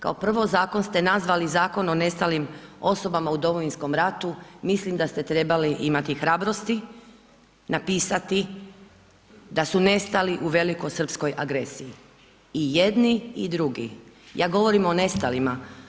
Kao prvo zakon ste nazvali Zakon o nestalim osobama u Domovinskom ratu, mislim da ste trebali imati hrabrosti napisati da su nestali u velikosrpskoj agresiji i jedni i drugi, ja govorim o nestalima.